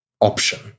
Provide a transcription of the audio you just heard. option